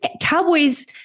Cowboys